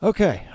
Okay